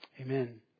Amen